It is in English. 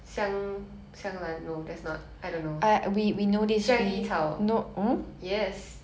香衣草薰衣草 yes